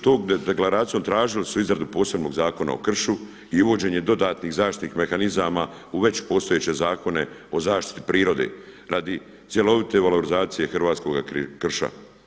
Tom deklaracijom tražili su izradu posebnog Zakona o kršu i uvođenje dodatnih zaštitnih mehanizama u već postojeće Zakone o zaštiti prirode radi cjelovite valorizacije hrvatskoga krša.